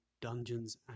Dungeons &